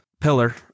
pillar